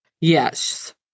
Yes